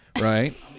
Right